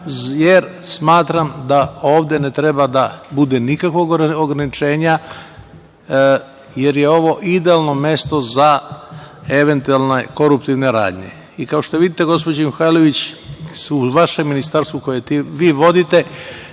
jer smatram da ovde ne treba da bude nikakvog ograničenja, jer je ovo idealno mesto za eventualne koruptivne radnje. Kao što vidite, gospođo Mihajlović, ministarstvo koje vi vodite